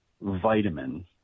vitamin